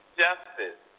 justice